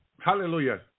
hallelujah